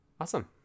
Awesome